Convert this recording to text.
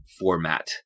format